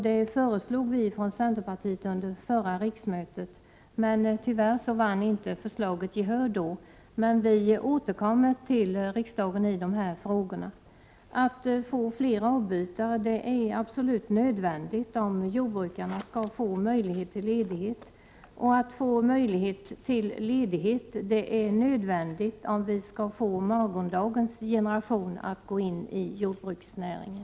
Det föreslog vi från centerpartiet under förra riksmötet, men tyvärr vann förslaget inte gehör då. Vi återkommer emellertid till riksdagen i de här frågorna. Att få fram fler avbytare är absolut nödvändigt om jordbrukarna skall få möjlighet till ledighet, och att det ges möjlighet till ledighet är nödvändigt om vi skall få morgondagens generation att gå in i jordbruksnäringen.